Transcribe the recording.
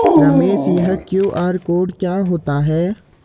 रमेश यह QR code क्या होता है?